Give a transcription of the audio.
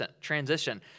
transition